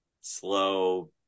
slow